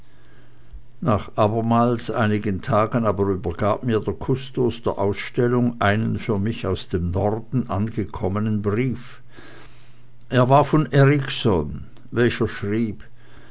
nach abermals einigen tagen aber übergab mir der kustos der ausstellung einen für mich aus dem norden angekommenen brief er war von erikson welcher schrieb